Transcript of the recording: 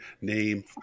name